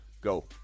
go